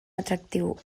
atractiu